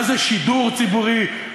מה זה שידור ציבורי,